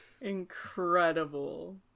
Incredible